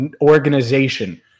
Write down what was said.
organization